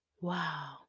wow